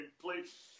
Please